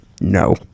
No